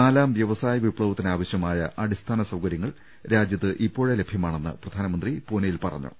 നാലാം വ്യവസായ വിപ്ലവത്തിന് ആവശ്യമായ അടിസ്ഥാന സൌകര്യ ങ്ങൾ രാജ്യത്ത് ഇപ്പോഴേ ലഭ്യമാണെന്ന് പ്രധാനമന്ത്രി പൂനെയിൽ പറഞ്ഞു